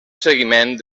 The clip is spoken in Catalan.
seguiment